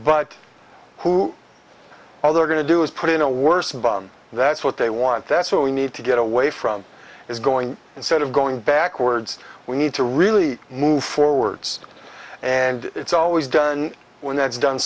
but who all they're going to do is put in a worse bomb that's what they want that's what we need to get away from is going instead of going backwards we need to really move forwards and it's always done when that's done